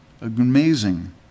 Amazing